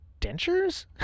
dentures